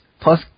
plus